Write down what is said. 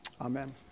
Amen